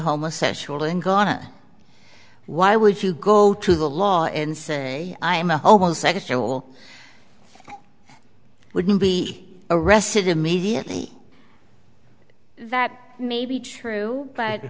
homosexual and garner why would you go to the law and say i am a homosexual i wouldn't be arrested immediately that may be true but